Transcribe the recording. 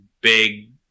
big